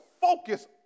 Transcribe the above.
focus